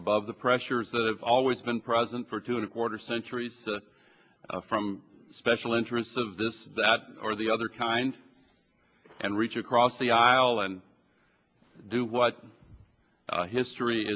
above the pressures that have always been present for to a quarter century from special interests of this that or the other kind and reach across the aisle and do what history